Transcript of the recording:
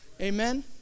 Amen